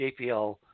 JPL